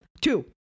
Two